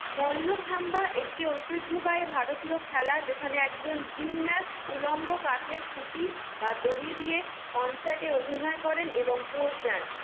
মল্লখাম্বা একটি ঐতিহ্যবাহী ভারতীয় খেলা যেখানে একজন জিমন্যাস্ট উল্লম্ব কাঠের খুঁটি বা দড়ি দিয়ে কনসার্টে অভিনয় করেন এবং পোজ দেন